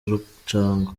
rucagu